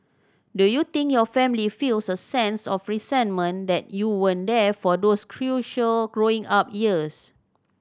do you think your family feels a sense of resentment that you weren't there for those crucial growing up years